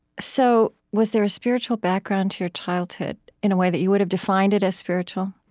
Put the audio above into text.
so was there a spiritual background to your childhood in a way that you would have defined it as spiritual?